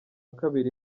kabiri